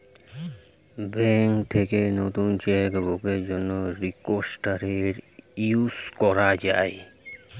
bank থেকে নতুন cheque বুকের জন্যে রিকোয়েস্ট ইস্যু করা যায়